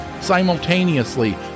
Simultaneously